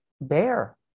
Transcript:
bear